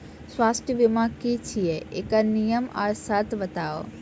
स्वास्थ्य बीमा की छियै? एकरऽ नियम आर सर्त बताऊ?